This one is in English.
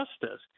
justice